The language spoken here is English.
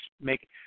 make